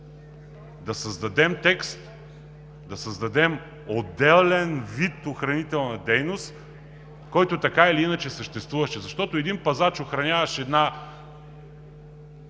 да създадем текст, да създадем отделен вид охранителна дейност, който така или иначе съществуваше. Защото един пазач, охраняващ една